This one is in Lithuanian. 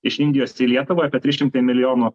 iš indijos į lietuvą apie trys šimtai milijonų